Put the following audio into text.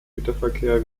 güterverkehr